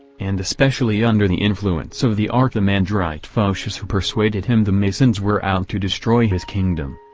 and especially under the influence of the archimandrite photius who persuaded him the masons were out to destroy his kingdom.